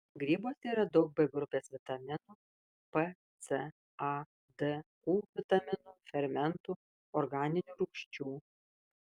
grybuose yra daug b grupės vitaminų p c a d u vitaminų fermentų organinių rūgščių